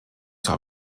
zur